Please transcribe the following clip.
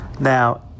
Now